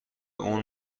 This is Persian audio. اون